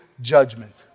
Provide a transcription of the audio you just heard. judgment